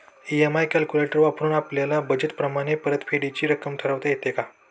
EMI calculator वापरून आपापल्या budget प्रमाणे परतफेडीची रक्कम ठरवता येते का?